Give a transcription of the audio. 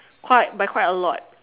quite by quite a lot